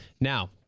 Now